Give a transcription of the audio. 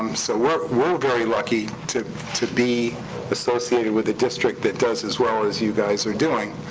um so we're we're very lucky to to be associated with a district that does as well as you guys are doing.